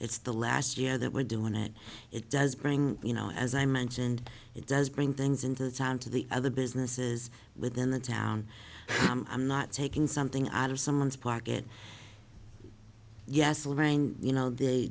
it's the last year that we're doing it it does bring you know as i mentioned it does bring things into the town to the other businesses within the town i'm not taking something out of someone's pocket yes lorraine you know the